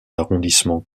arrondissement